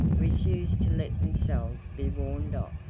refused to let themselves be warned off,